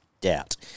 doubt